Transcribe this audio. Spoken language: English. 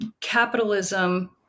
capitalism